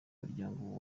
muryango